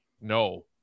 no